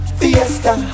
fiesta